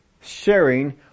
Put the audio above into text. sharing